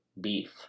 Beef